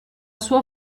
sua